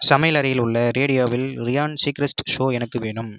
சமையலறையில் உள்ள ரேடியோவில் ரியான் சீக்ரெஸ்ட் ஷோ எனக்கு வேணும்